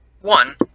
one